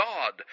God